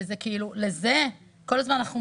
כל הזמן אנחנו אומרים,